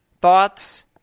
thoughts